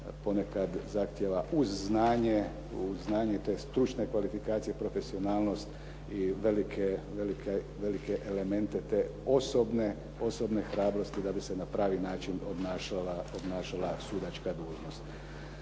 ponekad zahtjeva uz znanje, uz znanje te stručne kvalifikacije, profesionalnost i velike elemente te osobne hrabrosti da bi se na pravi način obnašala sudačka dužnost.